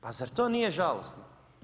Pa zar to nije žalosno?